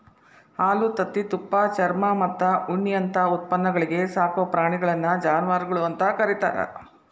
ಹಾಲು, ತತ್ತಿ, ತುಪ್ಪ, ಚರ್ಮಮತ್ತ ಉಣ್ಣಿಯಂತ ಉತ್ಪನ್ನಗಳಿಗೆ ಸಾಕೋ ಪ್ರಾಣಿಗಳನ್ನ ಜಾನವಾರಗಳು ಅಂತ ಕರೇತಾರ